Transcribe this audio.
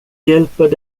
hjälper